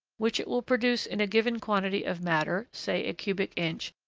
which it will produce in a given quantity of matter, say a cubic inch,